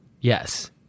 Yes